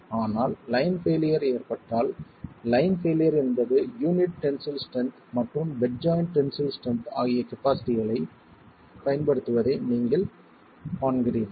ஆனால் line failure ஏற்பட்டால் line failure என்பது யூனிட் டென்சில் ஸ்ட்ரென்த் மற்றும் பெட் ஜாய்ண்ட் டென்சில் ஸ்ட்ரென்த் ஆகிய கபாஸிட்டிகளைப் பயன்படுத்துவதை நீங்கள் காண்கிறீர்கள்